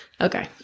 Okay